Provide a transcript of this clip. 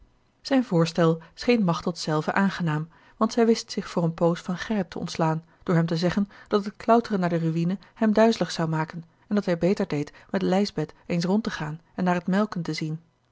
zijn voorstel scheen machteld zelve aangenaam want zij wist zich voor een poos van gerrit te ontslaan door hem te zeggen dat het klauteren naar de ruïne hem duizelig zou maken en dat hij beter deed met lijsbeth eens rond te gaan en naar het melken te zien